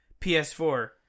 PS4